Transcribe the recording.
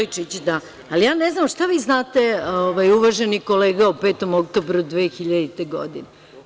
Ja ne znam šta vi znate, uvaženi kolega o 5. oktobru 2000. godine?